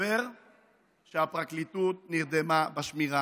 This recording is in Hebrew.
מסתבר שהפרקליטות נרדמה בשמירה,